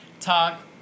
talk